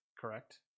correct